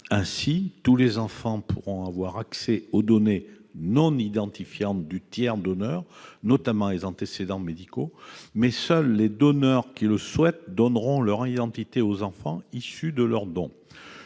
Ainsi, tous les enfants pourront avoir accès aux données non identifiantes du tiers donneur, notamment aux antécédents médicaux, mais seuls les donneurs qui le souhaitent donneront leur identité aux enfants issus de leur don.